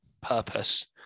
purpose